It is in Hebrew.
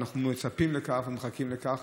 ואנחנו מצפים לכך ומחכים לכך,